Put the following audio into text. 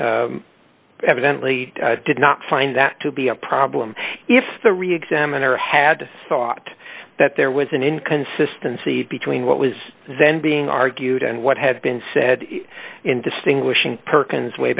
or evidently did not find that to be a problem if the re examiner had to thought that there was an inconsistency between what was then being argued and what had been said in distinguishing perkins way